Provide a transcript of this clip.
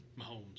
Mahomes